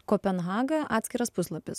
kopenhaga atskiras puslapis